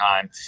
time